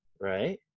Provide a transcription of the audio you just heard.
right